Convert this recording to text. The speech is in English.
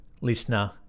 listener